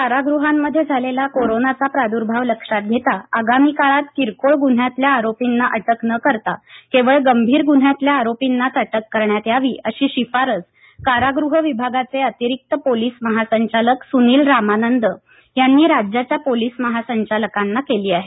कारागृहातला corona राज्यातल्या कारागृहांमध्ये झालेला कोरोनाचा प्रादूर्भाव लक्षात घेता आगामी काळात किरकोळ गुन्ह्यातल्या आरोपींना अटक न करता केवळ गंभीर गुन्ह्यातल्या आरोपीनांच अटक करण्यात यावीअशी शिफारस कारागृह विभागाचे अतिरिक्त पोलीस महासंचालक सुनील रामानंद यांनी राज्याच्या पोलीस महासंचालकांना केली आहे